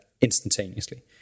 instantaneously